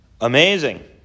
Amazing